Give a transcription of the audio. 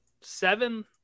seven